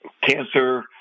cancer